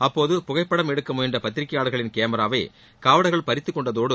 அப்போது புகைப்படம் எடுக்க முயன்ற பத்திரிகையாளர்களின் கேமராவை காவலர்கள் பறித்துக் கொண்டதோடு